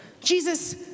Jesus